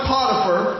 Potiphar